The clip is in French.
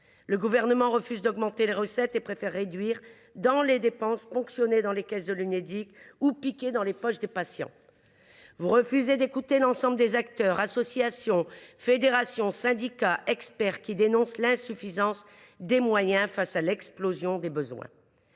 Le Gouvernement refuse d’augmenter les recettes et préfère réduire les dépenses, ponctionner les caisses de l’Unédic ou « faire les poches » des patients. Vous refusez d’écouter l’ensemble des acteurs, des associations, des fédérations, des syndicats et des experts qui dénoncent l’insuffisance des moyens face à l’explosion des besoins.